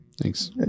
Thanks